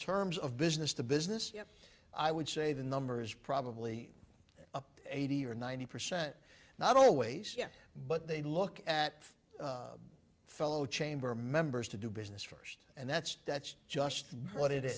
terms of business to business yet i would say the number is probably up to eighty or ninety percent not always but they look at fellow chamber members to do business first and that's that's just what it is